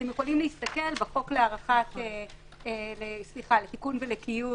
אתם יכולים להסתכל בחוק לתיקון ולקיום,